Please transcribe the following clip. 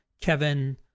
Kevin